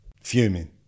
Fuming